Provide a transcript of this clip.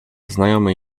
znajomy